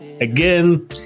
again